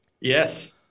Yes